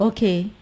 Okay